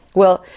well,